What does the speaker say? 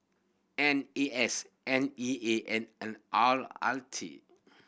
N A S N E A and L R R T